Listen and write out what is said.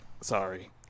Sorry